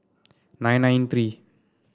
nine nine three